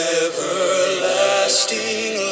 everlasting